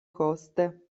coste